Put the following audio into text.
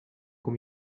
con